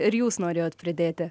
ir jūs norėjot pridėti